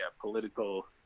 political